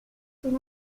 son